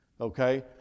okay